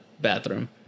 bathroom